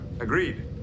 agreed